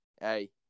hey